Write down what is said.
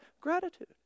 Gratitude